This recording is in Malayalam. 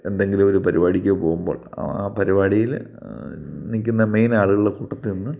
എന്തെങ്കിലും ഒരു പരിപാടിക്കോ പോകുമ്പോൾ ആ പരിപാടിയിൽ നിൽക്കുന്ന മെയിനാളുകളുടെ കൂട്ടത്തിൽ നിന്ന്